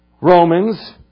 Romans